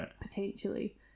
potentially